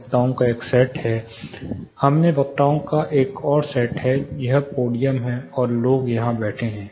वक्ताओं का एक सेट है इसमें वक्ताओं का एक और सेट है यह पोडियम है और लोग यहां बैठे हैं